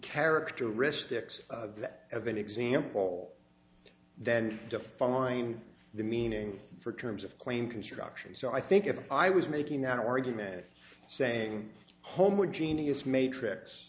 characteristics of that of an example then define the meaning for terms of claim construction so i think if i was making an argument saying homogeneous matrix